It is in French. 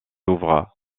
ouvre